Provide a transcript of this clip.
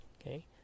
okay